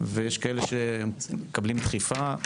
ויש כאלה שמקבלים דחיפה.